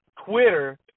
Twitter